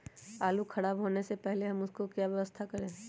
आलू खराब होने से पहले हम उसको क्या व्यवस्था करें?